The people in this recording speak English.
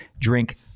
drink